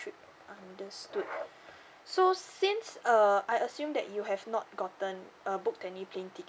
trip understood so since uh I assume that you have not gotten uh book any plane ticket